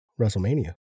WrestleMania